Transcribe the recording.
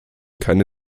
keine